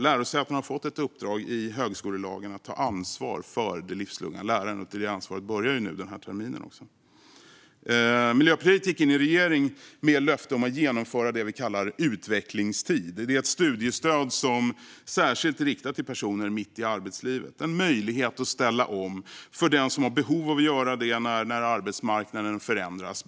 Lärosätena har fått ett uppdrag i högskolelagen att ta ansvar för det livslånga lärandet, och det ansvaret börjar den här terminen. Miljöpartiet gick in i regering med löfte om att genomföra det vi kallar för utvecklingstid, ett studiestöd särskilt riktat till personer mitt i arbetslivet som ger en möjlighet att ställa om för den som har behov av att göra det när den dynamiska arbetsmarknaden förändras.